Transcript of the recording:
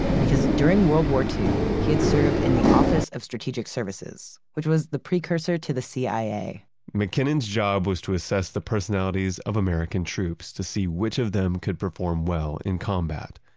because during world war ii, he had served in the office of strategic services, which was the precursor to the cia mackinnon's job was to assess the personalities of american troops, to see which of them could perform well in combat.